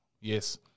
Yes